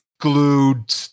glued